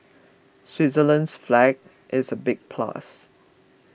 Switzerland's flag is a big plus